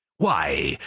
why,